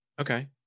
okay